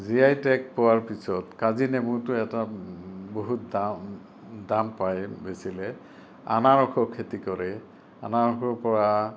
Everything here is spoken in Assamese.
জি আই টেগ পোৱাৰ পিছত কাজী নেমুটো এটা বহুত দাম দাম পায় বেচিলে আনাৰসৰ খেতি কৰে আনাৰসৰ পৰা